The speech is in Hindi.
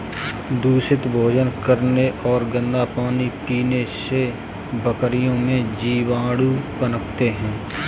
दूषित भोजन करने और गंदा पानी पीने से बकरियों में जीवाणु पनपते हैं